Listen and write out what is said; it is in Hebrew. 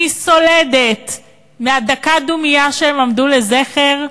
אני סולדת מדקת הדומייה שהם עמדו לזכר,